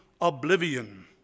oblivion